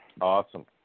Awesome